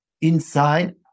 inside